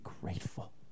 grateful